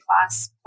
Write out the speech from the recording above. class